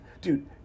Dude